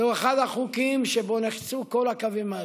זהו אחד החוקים שבהם נחצו כל הקווים האדומים.